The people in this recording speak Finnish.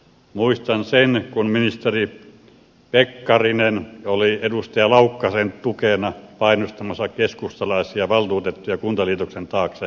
muistan sen kun ministeri pekkarinen oli edustaja laukkasen tukena painostamassa keskustalaisia valtuutettuja kuntaliitoksen taakse valkealassa